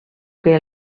que